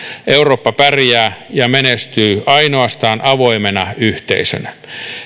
eurooppa pärjää ja menestyy ainoastaan avoimena yhteisönä